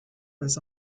was